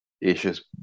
issues